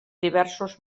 diversos